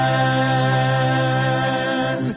Man